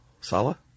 Sala